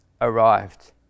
arrived